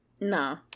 No